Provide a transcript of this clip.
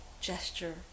gesture